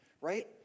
right